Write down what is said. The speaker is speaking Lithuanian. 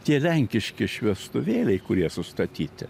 tie lenkiški šviestuvėliai kurie sustatyti